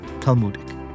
talmudic